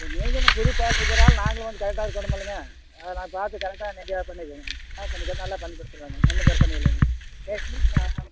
சரி நீங்களும் புது பார்ட்டிங்கிறனால நாங்களும் வந்து கரெக்டாக இருக்கணுமில்லங்க அதனால் பார்த்து கரெக்டாக நீங்கள் பண்ணிக்கங்க ஆ பண்ணித் தரேன் நல்லா பண்ணிக் கொடுத்துடுவோங்க ஒன்றும் பிரச்சின இல்லைங்க நெக் ஆ